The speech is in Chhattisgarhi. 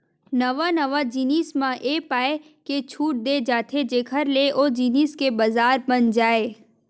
नवा नवा जिनिस म ए पाय के छूट देय जाथे जेखर ले ओ जिनिस के बजार बन जाय